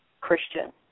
Christian